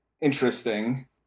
interesting